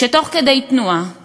תוך כדי תנועה,